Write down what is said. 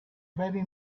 very